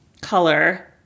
color